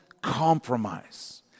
compromise